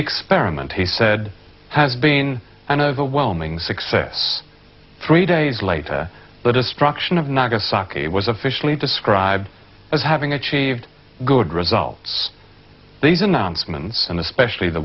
experiment he said has been an overwhelming success three days later the destruction of nagasaki was officially described as having achieved good results these announcements and especially the